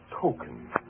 token